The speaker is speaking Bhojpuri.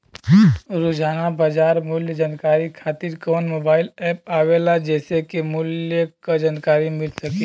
रोजाना बाजार मूल्य जानकारी खातीर कवन मोबाइल ऐप आवेला जेसे के मूल्य क जानकारी मिल सके?